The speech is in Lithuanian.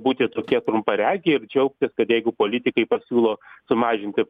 būti tokie trumparegiai ir džiaugtis kad jeigu politikai pasiūlo sumažinti